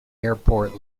airport